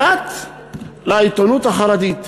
פרט לעיתונות החרדית.